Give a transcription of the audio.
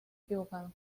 equivocado